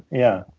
yeah.